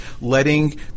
letting